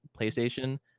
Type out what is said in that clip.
PlayStation